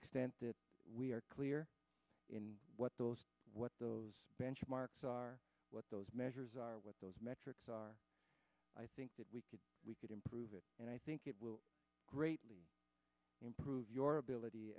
extent that we are clear in what those what those benchmarks are what those measures are what those metrics are i think we could improve it and i think it will greatly improve your ability